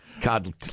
God